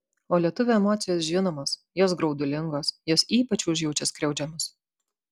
o lietuvio emocijos žinomos jos graudulingos jos ypač užjaučia skriaudžiamus